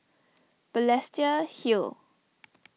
Balestier Hill